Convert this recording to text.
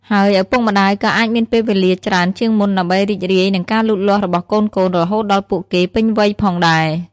ហើយឪពុកម្តាយក៏អាចមានពេលវេលាច្រើនជាងមុនដើម្បីរីករាយនឹងការលូតលាស់របស់កូនៗ រហូតដល់ពួកគេពេញវ័យផងដែរ។